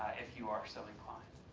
if you are so inclined.